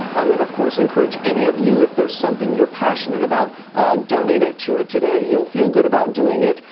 i would of course encourage any of you if there's something you're passionate about donate it to it today you'll feel good about doing it,